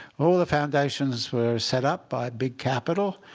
all the foundations were set up by big capital.